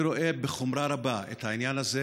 אני רואה בחומרה רבה את העניין הזה.